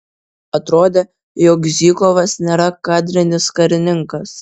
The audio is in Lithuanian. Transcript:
atrodė jog zykovas nėra kadrinis karininkas